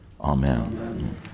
amen